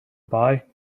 boy